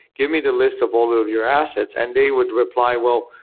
give me the list of all of your assets. and they would reply, well,